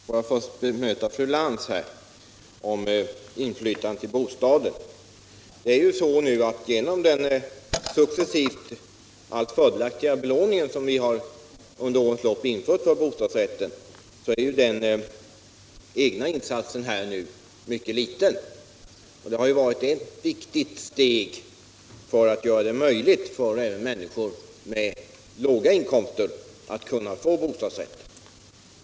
Herr talman! Får jag först bemöta fru Lantz i fråga om inflytandet över bostaden. Inom den allt fördelaktigare belåning som vi under årens lopp successivt har infört för bostadsrätter är ju den egna insatsen nu mycket liten. Det har ju varit ett viktigt steg för att göra det möjligt även för människor med låga inkomster att skaffa sig bostadsrätt.